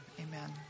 Amen